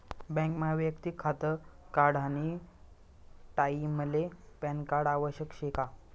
बँकमा वैयक्तिक खातं काढानी टाईमले पॅनकार्ड आवश्यक शे का?